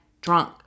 drunk